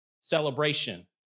celebration